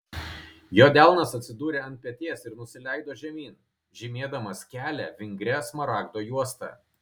jo delnas atsidūrė ant peties ir nusileido žemyn žymėdamas kelią vingria smaragdo juosta